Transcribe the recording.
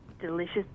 delicious